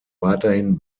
weiterhin